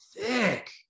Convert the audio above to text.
thick